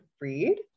read